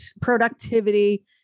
productivity